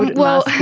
well,